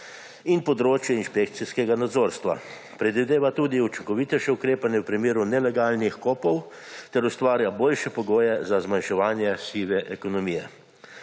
in področje inšpekcijskega nadzorstva. Predvideva tudi učinkovitejše ukrepanje v primeru nelegalnih vkopov ter ustvarja boljše pogoje za zmanjševanje sive ekonomije.